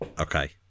Okay